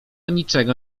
niczego